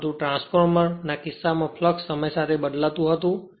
પરંતુ ટ્રાન્સફોર્મરના કિસ્સામાં ફ્લક્સ સમય સાથે બદલાતું હતું